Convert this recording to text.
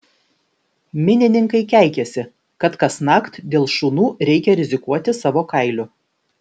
minininkai keikiasi kad kasnakt dėl šunų reikia rizikuoti savo kailiu